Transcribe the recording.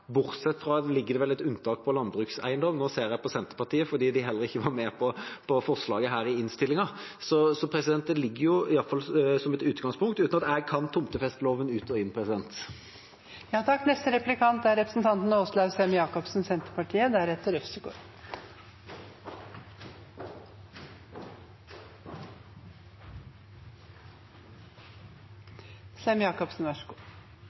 bortsett fra at det vel foreligger et unntak for landbrukseiendom – nå ser jeg på Senterpartiet fordi de heller ikke var med på forslaget her i innstillinga. Så det ligger iallfall som et utgangspunkt, uten at jeg kan tomtefesteloven ut og inn. Tomtefesteloven kan heller ikke jeg ut og inn, men mitt parti er